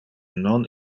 non